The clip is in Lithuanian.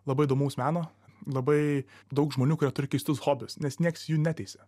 labai įdomaus meno labai daug žmonių kurie turi keistus hobius nes nieks jų neteisia